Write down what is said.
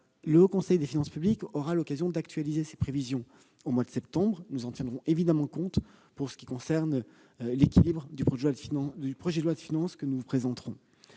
Le Haut Conseil des finances publiques aura l'occasion d'actualiser ses prévisions au mois de septembre. Nous en tiendrons évidemment compte pour ce qui concerne l'équilibre du projet de loi de finances que nous présenterons.